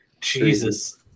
Jesus